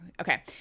Okay